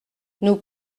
nous